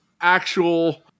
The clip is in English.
actual